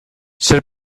ser